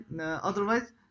otherwise